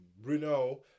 Bruno